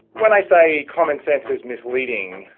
when i say common sense is misleading,